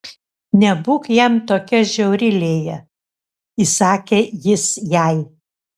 nebūk jam tokia žiauri lėja įsakė jis jai